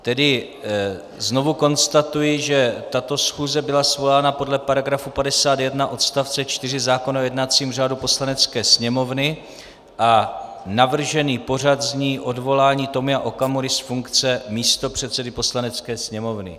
Tedy znovu konstatuji, že tato schůze byla svolána podle § 51 odst. 4 zákona o jednacím řádu Poslanecké sněmovny a navržený pořad zní odvolání Tomia Okamury z funkce místopředsedy Poslanecké sněmovny.